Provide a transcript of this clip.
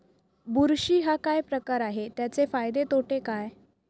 बुरशी हा काय प्रकार आहे, त्याचे फायदे तोटे काय?